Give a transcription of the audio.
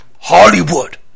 Hollywood